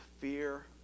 fear